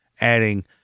adding